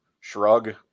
shrug